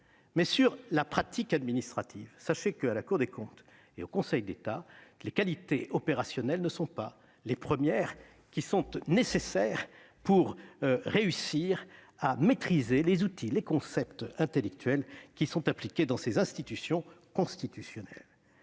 mais sur la pratique administrative. Sachez que, à la Cour des comptes et au Conseil d'État, les qualités opérationnelles ne sont pas les premières qui sont nécessaires pour réussir à maîtriser les outils et les concepts intellectuels mis en oeuvre dans ces institutions constitutionnelles.